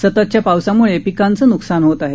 सततच्या पावसाम्ळे पिकांचं न्कसान होत आहे